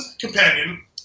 companion